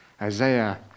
Isaiah